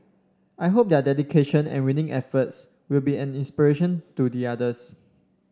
I hope their dedication and winning efforts will be an inspiration to the others